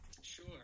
Sure